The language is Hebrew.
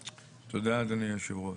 תודה, אדוני היושב ראש.